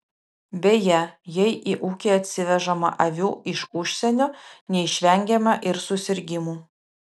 beje jei į ūkį atsivežama avių iš užsienio neišvengiama ir susirgimų